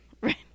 Right